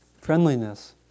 Friendliness